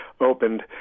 opened